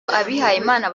abihayimana